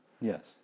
Yes